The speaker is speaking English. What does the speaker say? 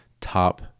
Top